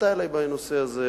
שפנתה אלי בנושא הזה,